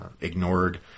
ignored